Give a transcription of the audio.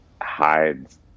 hides